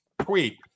tweet